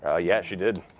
ah yeah, she did.